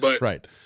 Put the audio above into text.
Right